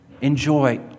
Enjoy